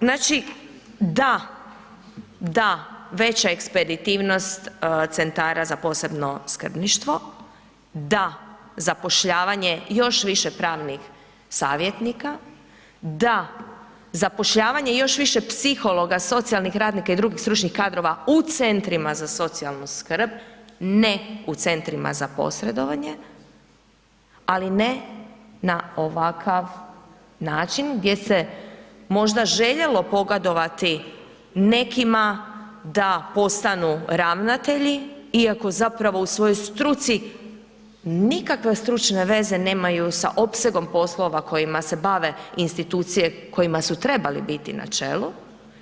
Znači da, da, veća ekspeditivnost centara za posebno skrbništvo, da, zapošljavanje još više pravnih savjetnika, da, zapošljavanje još više psihologa, socijalnih radnika i drugih stručnih kadrova u CZSS-ima, ne u centrima za posredovanje ali ne na ovakav način gdje se možda željelo pogodovati nekima da postanu ravnatelji iako zapravo u svojoj struci nikakve stručne veze nemaju sa opsegom poslova kojima se bave institucije kojima su trebali biti na čelu,